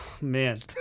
man